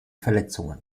verletzungen